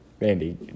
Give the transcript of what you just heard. Mandy